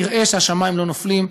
נראה שהשמים לא נופלים,